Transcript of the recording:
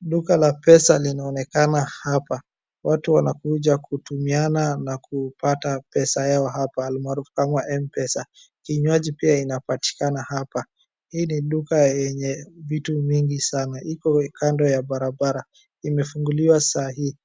Duka la pesa linaonekana hapa, watu wanakuja kutumiana na kupata pesa yao hapa almarufu kama Mpesa. Kinywaji pia inapatikana hapa hii ni duka yenye vitu vingi sana iko kando ya barabara imefunguliwa sahii,